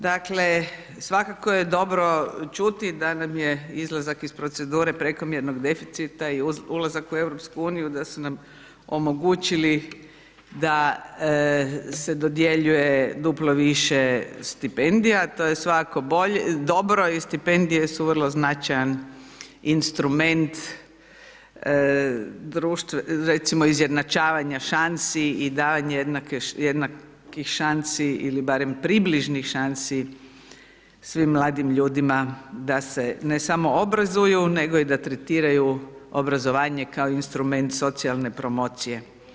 Dakle, svakako je dobro čuti da nam je izlazak iz procedure prekomjernog deficita i ulazak u EU da su nam omogućili da se dodjeljuje duplo više stipendija, to je svako bolje, dobro i stipendije su vrlo značajan instrument društva, recimo izjednačavanja šansi i davanje jednakih šansi ili barem približnih šansi svim mladim ljudima da se, ne samo obrazuju nego da tretiraju obrazovanje kao instrument socijalne promocije.